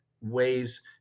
ways